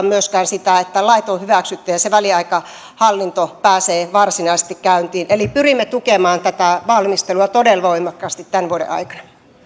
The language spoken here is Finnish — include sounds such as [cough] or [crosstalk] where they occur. [unintelligible] myöskään sitä että lait on hyväksytty ja se väliaikaishallinto pääsee varsinaisesti käyntiin eli pyrimme tukemaan tätä valmistelua todella voimakkaasti tämän vuoden aikana